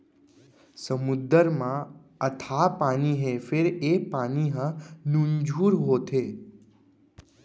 समुद्दर म अथाह पानी हे फेर ए पानी ह नुनझुर होथे